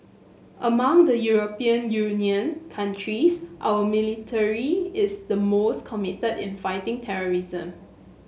among the European Union countries our military is the most committed in fighting terrorism